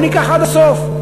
בוא ניקח עד הסוף.